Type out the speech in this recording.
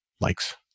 likes